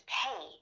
pay